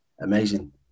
amazing